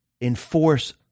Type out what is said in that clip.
enforce